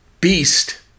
beast